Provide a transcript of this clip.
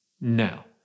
now